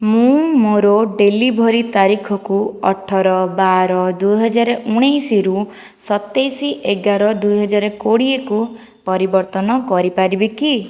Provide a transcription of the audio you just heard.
ମୁଁ ମୋର ଡେଲିଭରି ତାରିଖକୁ ଅଠର ବାର ଦୁଇହଜାର ଉଣେଇଶରୁ ସତେଇଶ ଏଗାର ଦୁଇହଜାର କୋଡ଼ିଏକୁ ପରିବର୍ତ୍ତନ କରିପାରିବି କି